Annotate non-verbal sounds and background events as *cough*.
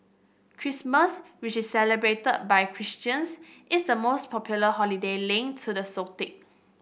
Christmas which is celebrated by Christians is the most popular holiday linked to the *unintelligible*